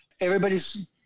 everybody's